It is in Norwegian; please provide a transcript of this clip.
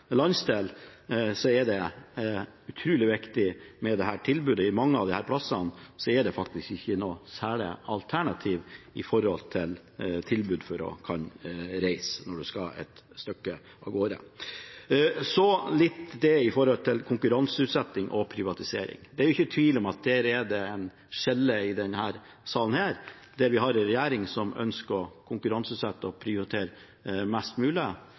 landsdel at dette tilbudet er utrolig viktig. På mange plasser er det faktisk ikke noe særlig alternativt tilbud for å kunne reise når man skal et stykke av gårde. Så til konkurranseutsetting og privatisering. Det er ikke tvil om at der er det et skille i denne salen. Vi har en regjering som ønsker å konkurranseutsette og privatisere mest mulig.